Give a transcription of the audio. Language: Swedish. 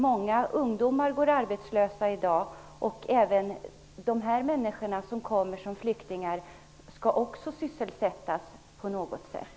Många ungdomar går arbetslösa i dag, och de människor som kommer som flyktingar skall också sysselsättas på något sätt.